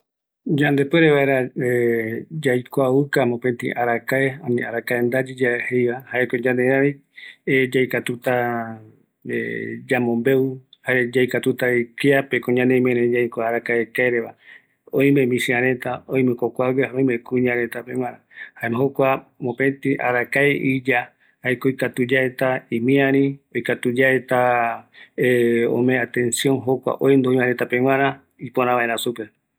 Yaikuauka vaera yaikuatiague, kua arakae kaere, jaeko yande yaikuakavita jokua arakaere, jare ñamopörata kia oja yave, jare omboyerovia vaera, jare ɨmïari vaera vi ïru varetape